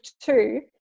two